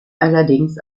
allerdings